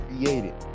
created